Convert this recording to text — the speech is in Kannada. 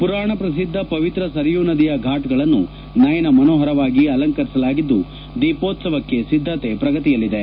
ಪುರಾಣ ಪ್ರಸಿದ್ದ ಪವಿತ್ರ ಸರಯೂ ನದಿಯ ಫಾಟ್ಗಳನ್ನು ನಯನ ಮನೋಹರವಾಗಿ ಅಲಂಕರಿಸಲಾಗಿದ್ದು ದೀಪೋತ್ಸವಕ್ಕೆ ಸಿದ್ದತೆ ಪ್ರಗತಿಯಲ್ಲಿದೆ